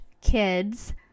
kids